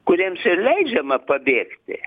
kuriems ir leidžiama pabėgti